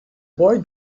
boy